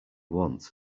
want